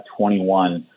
21